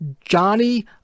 Johnny